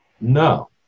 no